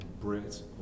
Brit